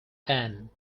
ann